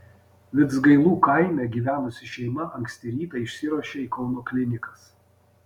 vidzgailų kaime gyvenusi šeima anksti rytą išsiruošė į kauno klinikas